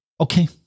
Okay